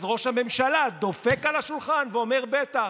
ראש הממשלה דופק על השולחן ואומר: בטח.